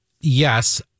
Yes